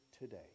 today